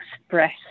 express